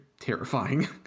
terrifying